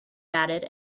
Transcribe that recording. batted